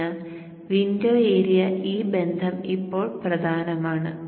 അതിനാൽ window area ഈ ബന്ധം ഇപ്പോൾ പ്രധാനമാണ്